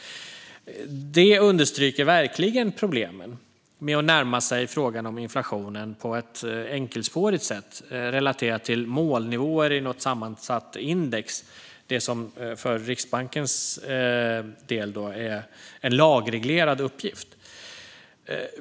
Detta understryker verkligen problemen med att närma sig frågan om inflationen på ett enkelspårigt sätt, relaterat till målnivåer i något sammansatt index - det som för Riksbankens del är en lagreglerad uppgift.